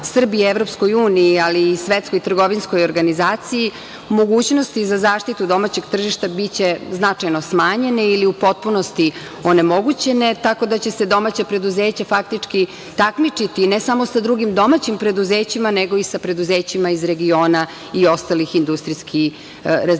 Srbije Evropskoj uniji, ali i svetskoj trgovinskoj organizaciji, mogućnosti za zaštitu domaćeg tržišta biće značajno smanjene ili u potpunosti onemogućene, tako da će se domaća preduzeća faktički takmičiti, ne samo sa drugim domaćim preduzećima, nego i sa preduzećima iz regiona i ostalih industrijskih razvijenih